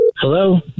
Hello